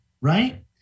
Right